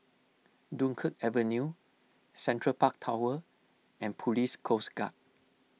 Dunkirk Avenue Central Park Tower and Police Coast Guard